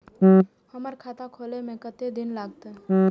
हमर खाता खोले में कतेक दिन लगते?